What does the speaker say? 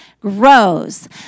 grows